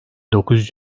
dokuz